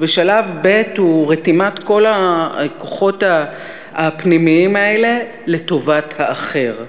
ושלב ב' הוא רתימת כל הכוחות הפנימיים האלה לטובת האחר,